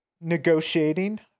negotiating